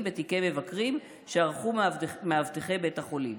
בתיקי מבקרים שערכו מאבטחי בית החולים.